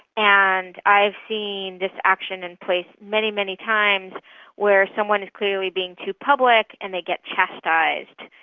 and i've seen this action in place many, many times where someone is clearly being too public and they get chastised.